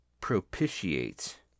propitiate